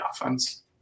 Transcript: offense